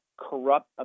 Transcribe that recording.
corrupt